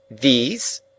These